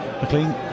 McLean